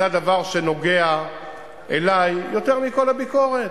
זה הדבר שנוגע לי יותר מכל הביקורת.